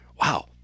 wow